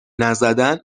نزدن